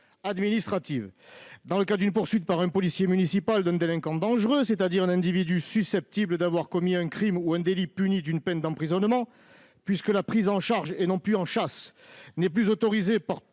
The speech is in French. administratives. Dans le cas d'une poursuite par un policier municipal d'un délinquant dangereux, c'est-à-dire d'un individu susceptible d'avoir commis un crime ou un délit puni d'une peine d'emprisonnement, puisque la prise en charge - et non plus en chasse - n'est plus autorisée pour